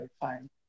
fine